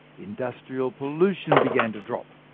industrial pollution began to drop.